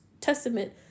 Testament